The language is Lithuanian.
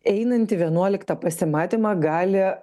einant į vienuoliktą pasimatymą gali